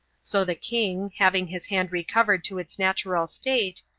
so the king, having his hand recovered to its natural state,